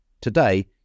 today